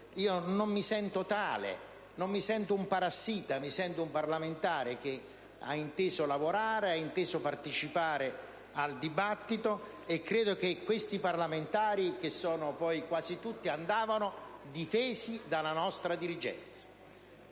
io non mi sento tale, non mi sento un parassita, mi sento un parlamentare che ha inteso lavorare, ha inteso partecipare al dibattito, e credo che questi parlamentari, che sono quasi tutti, andavano difesi dalla nostra dirigenza.